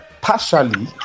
partially